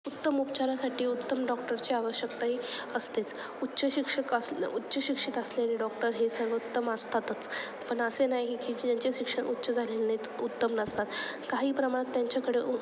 उत्तम उपचारासाठी उत्तम डॉक्टरची आवश्यकता ही असतेच उच्च शिक्षक अस उच्च शिक्षित असलेले डॉक्टर हे सर्वोत्तम असतातच पण असे नाही की जे ज्यांचे शिक्षण उच्च झालेले नाही ते उत्तम नसतात काही प्रमाणात त्यांच्याकडे